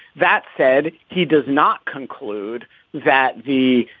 that said, he does not conclude that the,